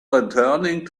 returning